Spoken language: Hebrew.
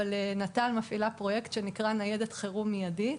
אבל נט"ל מפעילה פרויקט שנקרא ניידת חירום מידית.